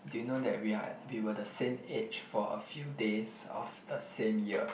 do you know that we are we were the same age for a few days of the same year